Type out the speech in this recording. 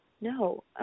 No